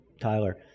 Tyler